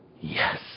Yes